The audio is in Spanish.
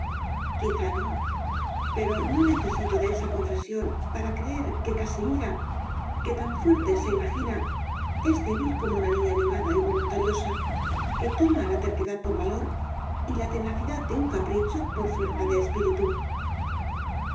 quizá no pero no necesito de esa confesión para creer que casimira que tan fuerte se imagina es débil como una niña mimada y voluntariosa que toma la terquedad por valor y la tenacidad de un capricho por fuerza de espíritu